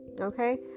okay